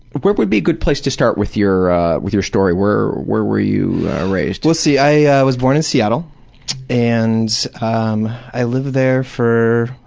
where would be a good place to start with your with your story? where where were you raised? we'll see, i was born in seattle and um i lived there for,